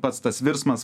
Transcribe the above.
pats tas virsmas